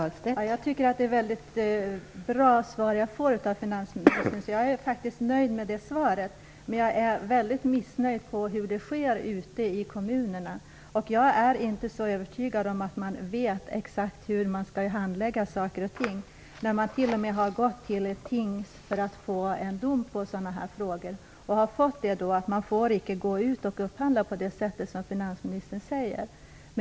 Fru talman! Jag tycker att det är ett väldigt bra svar jag får av finansministern. Jag är faktiskt nöjd med det svaret. Men jag är mycket missnöjd med hur det går till ute i kommunerna. Jag är inte så övertygad om att man vet exakt hur man skall handlägga saker och ting. Man har t.o.m. gått till tings för att få en dom i sådana här frågor, och har fått dom på att man icke får gå ut och upphandla på det sätt som finansministern säger.